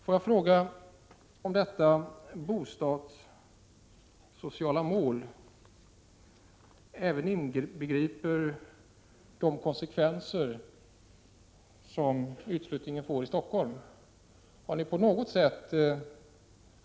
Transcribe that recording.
Inbegriper detta bostadssociala mål även de konsekvenser i Stockholm som utflyttningen får?